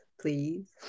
please